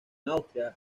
austria